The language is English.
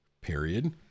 period